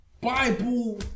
Bible